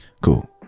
Cool